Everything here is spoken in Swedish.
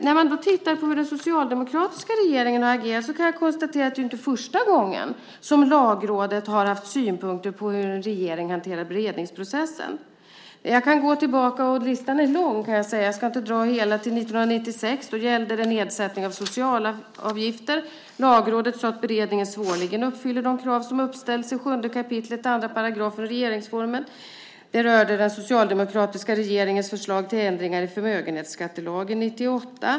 När man tittar på hur den socialdemokratiska regeringen agerat kan man konstatera att detta inte är första gången som Lagrådet haft synpunkter på hur en regering hanterar beredningsprocessen. Jag kan gå tillbaka i tiden, och listan är lång kan jag säga. Jag ska dock inte dra hela listan. 1996 gällde det nedsättning av socialavgifter. Lagrådet sade att beredningen svårligen uppfyllde de krav som uppställs i 7 kap. 2 § regeringsformen. 1998 gällde det den socialdemokratiska regeringens förslag till ändringar i förmögenhetsskattelagen.